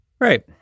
Right